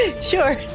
Sure